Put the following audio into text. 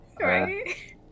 Right